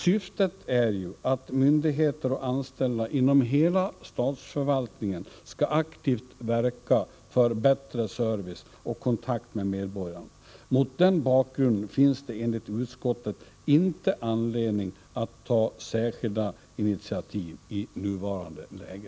Syftet är ju att myndigheter och anställda inom hela statsförvaltningen skall aktivt verka för bättre service och kontakt med medborgarna. Mot den bakgrunden finns det enligt utskottet inte anledning att ta särskilda initiativ i nuvarande läge.